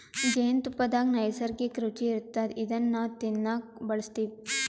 ಜೇನ್ತುಪ್ಪದಾಗ್ ನೈಸರ್ಗಿಕ್ಕ್ ರುಚಿ ಇರ್ತದ್ ಇದನ್ನ್ ನಾವ್ ತಿನ್ನಕ್ ಬಳಸ್ತಿವ್